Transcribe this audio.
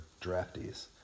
draftees